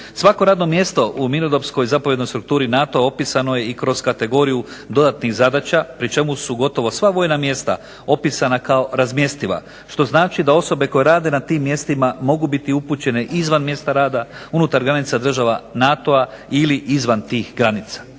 Svako radno mjesto u mirnodopskoj zapovjednoj strukturi NATO opisano je i kroz kategoriju dodatnih zadaća pri čemu su gotovo sva vojna mjesta opisana kao razmjestiva, što znači da osobe koje rade na tim mjestima mogu biti upućene izvan mjesta rada unutar granica država NATO-a ili izvan tih granica.